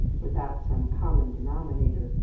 without some common denominator,